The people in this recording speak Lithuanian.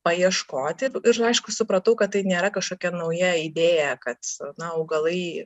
paieškoti ir aišku supratau kad tai nėra kažkokia nauja idėja kad na augalai